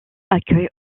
accueille